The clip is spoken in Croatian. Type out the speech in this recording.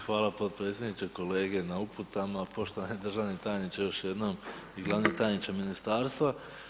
Hvala potpredsjedniče, kolege na uputama, poštovani državni tajniče još jednom i glavni tajniče ministarstva.